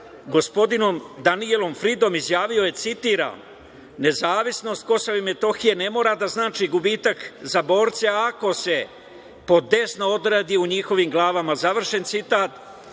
gospodinom Danijelom Fridom izjavio je, citiram - nezavisnost Kosova i Metohije ne mora da znači gubitak za borce ako se podesno odradi u njihovim glavama. Završen citat.